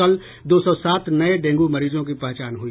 कल दो सौ सात नये डेंगू मरीजों की पहचान हुई